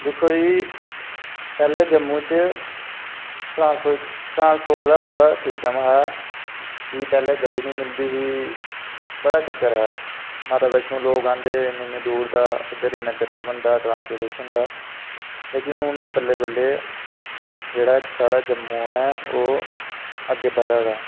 दिक्खो जी पैह्लें जम्मू च ट्रांसपोर्ट दा बडा सिस्टम हा कि पैह्लें गड्डी नेईं मिलदी ही बड़ा चक्कर हा माता बैश्णो लोक औंदे हे इन्नी इन्नी दूर दा इद्धर इन्ना चक्कर बनदा हा ट्रांसपोर्टेशन दा लेकिन हून बल्लें बल्लें जेह्ड़ा साढ़ा जम्मू ऐ ओह् अग्गें बधै दा